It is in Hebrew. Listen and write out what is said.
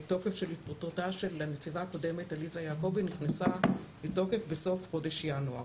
התפטרותה של הנציבה הקודמת עליזה יעקובי נכנסה לתוקף בסוף חודש ינואר,